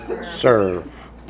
serve